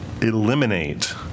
eliminate